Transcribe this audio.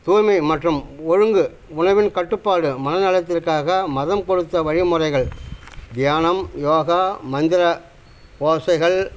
தூய்மை மற்றும் ஒழுங்கு உணவின் கட்டுப்பாடு மன நலத்திற்காக மதம் கொடுத்த வழிமுறைகள் தியானம் யோகா மந்திர ஓசைகள்